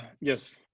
yes